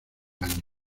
años